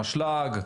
אשלג,